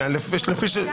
ואזרחי.